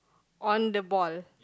on the ball